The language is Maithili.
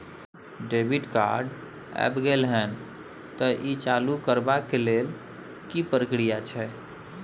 डेबिट कार्ड ऐब गेल हैं त ई चालू करबा के लेल की प्रक्रिया छै?